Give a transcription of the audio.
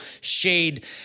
shade